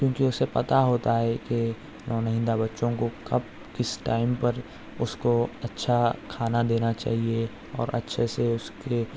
کیوں کہ اُسے پتا ہوتا ہے کہ نونہندہ بچوں کو کب کس ٹائم پر اُس کو اچھا کھانا دینا چاہیے اور اچھے سے اُس کے